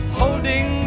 holding